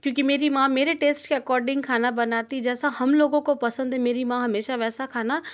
क्योंकि मेरी माँ मेरे टेस्ट के अकॉर्डिंग खाना बनाती जैसा हम लोगों को पसंद है मेरी माँ हमेशा वैसा खाना